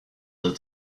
that